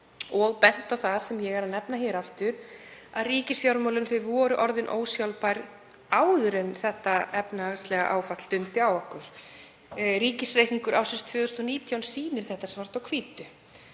og bent á það, sem ég er að nefna hér aftur, að ríkisfjármálin voru orðin ósjálfbær áður en þetta efnahagslega áfall dundi á okkur. Ríkisreikningur ársins 2019 sýnir þetta svart á hvítu.